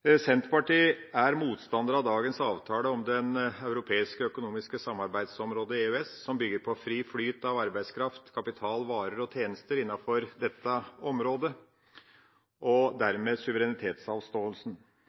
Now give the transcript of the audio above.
Senterpartiet er motstander av dagens avtale om Det europeiske økonomiske samarbeidsområdet, EØS, som bygger på fri flyt av arbeidskraft, kapital, varer og tjenester innenfor dette området, og dermed suverenitetsavståelsen.